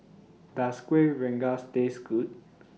Does Kueh Rengas Taste Good